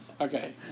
Okay